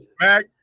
Mac